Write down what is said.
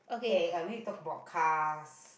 okay uh maybe talk about cars